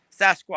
Sasquatch